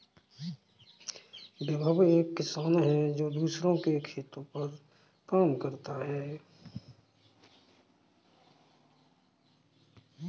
विभव एक किसान है जो दूसरों के खेतो पर काम करता है